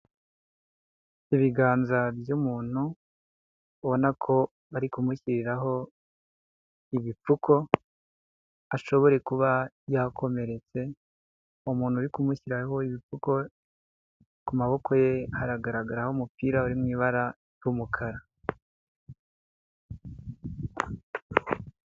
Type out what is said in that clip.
Ibiganza by'umuntu ubona ko bari kumushyiriraho ibipfuko ashobore kuba yakomeretse, umuntu uri kumushyiraho ibipfuko ku maboko ye haragaragaraho umupira uri mu ibara ry'umukara.